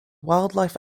wildlife